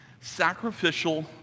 Sacrificial